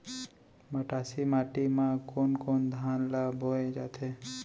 मटासी माटी मा कोन कोन धान ला बोये जाथे?